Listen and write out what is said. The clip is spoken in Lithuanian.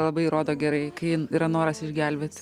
labai rodo gerai kai yra noras išgelbėti